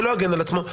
שלא יגן על עצמו.